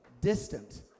distant